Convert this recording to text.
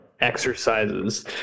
exercises